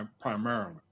primarily